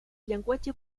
llenguatge